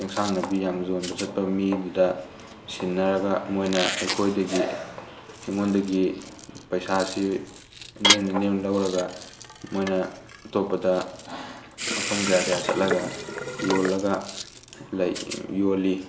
ꯏꯁꯥꯡ ꯅꯥꯄꯤ ꯌꯥꯝ ꯌꯣꯟꯕ ꯆꯠꯄ ꯃꯤꯗꯨꯗ ꯁꯤꯟꯅꯔꯒ ꯃꯣꯏꯅ ꯑꯩꯈꯣꯏꯗꯒꯤ ꯑꯩꯉꯣꯟꯗꯒꯤ ꯄꯩꯁꯥꯁꯤ ꯅꯦꯝꯅ ꯅꯦꯝꯅ ꯂꯧꯔꯒ ꯃꯣꯏꯅ ꯑꯇꯣꯞꯄꯗ ꯃꯐꯝ ꯀꯌꯥ ꯀꯌꯥ ꯆꯠꯂꯒ ꯌꯣꯜꯂꯒ ꯂꯩ ꯌꯣꯜꯂꯤ